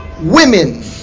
women